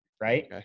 right